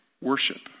worship